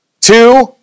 Two